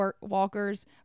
Walkers